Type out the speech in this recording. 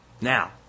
Now